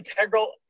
integral